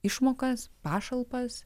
išmokas pašalpas